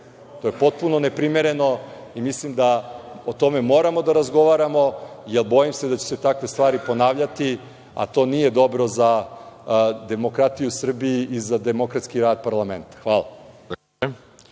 To je potpuno neprimereno i mislim da o tome moramo da razgovaramo, jer bojim se da će se takve stvari ponavljati, a to nije dobro za demokratiju u Srbiji i za demokratski rad parlamenta. Hvala